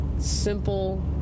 simple